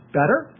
better